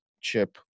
chip